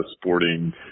sporting